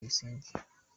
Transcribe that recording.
tuyisenge